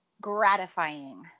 Gratifying